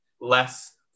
less